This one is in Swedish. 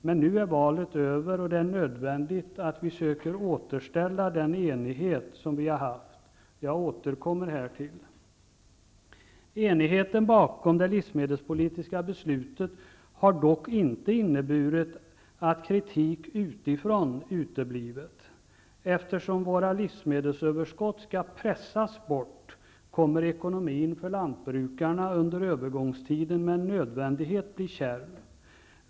Men nu är valet över och det är nödvändigt att vi söker återställa den enighet som vi har haft. Jag återkommer härtill. Enigheten bakom det livsmedelspolitiska beslutet har dock inte inneburit att kritik utifrån uteblivit. Eftersom våra livsmedelsöverskott skall pressas bort, kommer ekonomin för lantbrukarna under övergångstiden med nödvändighet att bli kärv.